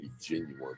genuine